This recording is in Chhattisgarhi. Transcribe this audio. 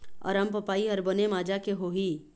अरमपपई हर बने माजा के होही?